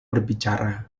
berbicara